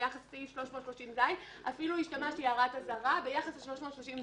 ביחס לסעיף 330ז. אפילו השתמשתי בהערת אזהרה ביחס ל-330ז.